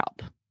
help